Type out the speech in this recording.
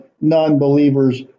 non-believers